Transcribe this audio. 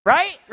Right